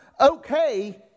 okay